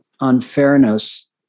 unfairness